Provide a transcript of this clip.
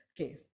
Okay